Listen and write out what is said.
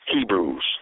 Hebrews